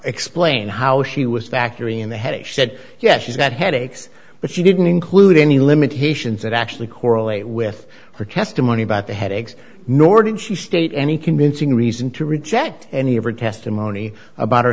explain how she was factoring in the headache said yes she's got headaches but she didn't include any limitations that actually correlate with her testimony about the headaches nor did she state any convincing reason to reject any of her testimony about